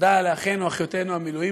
תודה לאחינו ואחיותינו המילואימניקים.